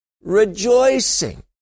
rejoicing